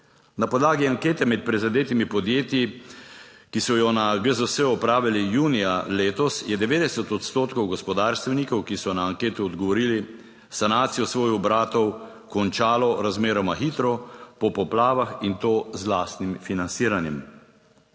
Na podlagi ankete med prizadetimi podjetji, ki so jo na GZS opravili junija letos, je 90 odstotkov gospodarstvenikov, ki so na anketo odgovorili, sanacijo svojih obratov končalo razmeroma hitro po poplavah, in to z lastnim financiranjem.